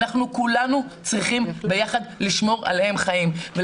כולנו צריכים ביחד לשמור עליהם חיים.